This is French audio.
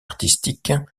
artistique